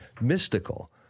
mystical